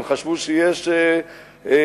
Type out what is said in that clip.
הם חשבו שיש יהודים,